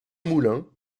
moulin